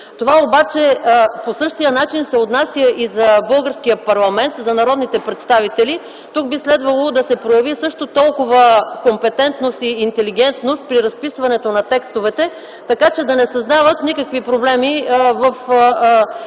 Това обаче по същия начин се отнася и за българския парламент, за народните представители. Тук би трябвало да се прояви също толкова компетентност и интелигентност при разписването на текстовете, че да не създават никакви проблеми в съдебната